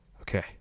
Okay